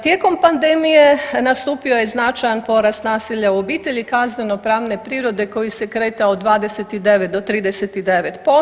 Tijekom pandemije nastupio je značajan porast nasilja u obitelji kazneno pravne prirode koji se kretao 29 do 39%